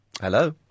Hello